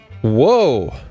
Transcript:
Whoa